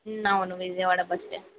అవును Vijayawada bus stand